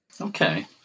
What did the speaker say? Okay